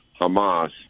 Hamas